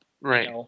Right